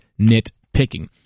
nitpicking